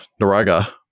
Naraga